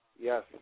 Yes